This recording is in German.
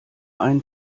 einen